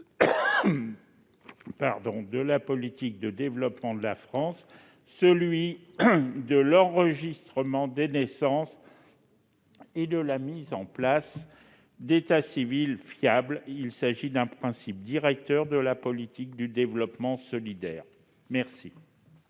de la politique de développement de la France celui de l'enregistrement des naissances et de la mise en place d'état civil fiable. Il s'agit d'un principe directeur de la politique du développement solidaire.